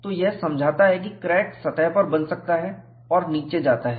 तो यह समझाता है कि क्रैक सतह पर बन सकता है और नीचे जाता है